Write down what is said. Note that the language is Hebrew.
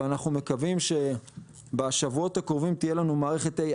ואנחנו מקווים שבשבועות הקרובים תהיה לנו מערכת AI